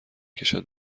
کشد